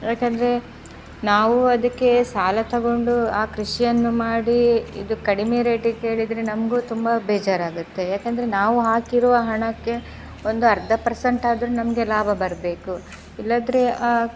ಯಾಕೆಂದರೆ ನಾವು ಅದಕ್ಕೆ ಸಾಲ ತೊಗೊಂಡು ಆ ಕೃಷಿಯನ್ನು ಮಾಡಿ ಇದು ಕಡಿಮೆ ರೇಟಿಗೆ ಕೇಳಿದರೆ ನಮಗೂ ತುಂಬ ಬೇಜಾರಾಗುತ್ತೆ ಯಾಕಂದರೆ ನಾವು ಹಾಕಿರುವ ಹಣಕ್ಕೆ ಒಂದು ಅರ್ಧ ಪರ್ಸೆಂಟಾದರೂ ನಮಗೆ ಲಾಭ ಬರಬೇಕು ಇಲ್ಲಾದ್ರೆ